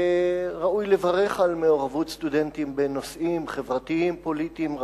וראוי לברך על מעורבות סטודנטים בנושאים חברתיים-פוליטיים רבים.